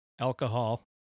alcohol